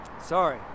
sorry